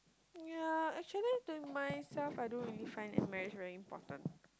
ya actually to myself I don't really find that marriage very important